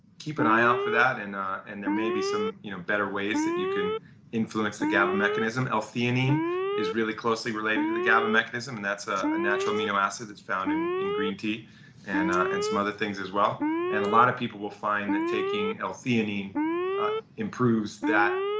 keep an eye out for that and and there maybe some you know better ways that you can influence the gaba mechanism. l'theanine is really closely related to the gaba mechanism and that's ah a natural amino acid. it's found in in green tea and and some other things as well and a lot of people will find that taking l'theanine improves that,